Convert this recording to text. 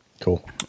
Cool